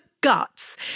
guts